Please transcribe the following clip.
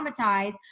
traumatized